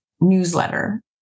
newsletter